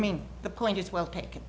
mean the point is well ta